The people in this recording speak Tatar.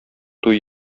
туй